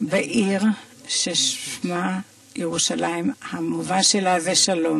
בעיר שעצם שמה משמעותו שלום.